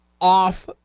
off